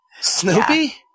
Snoopy